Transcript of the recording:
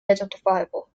identifiable